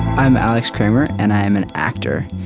i'm alex kramer and i am an actor.